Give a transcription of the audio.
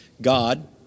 God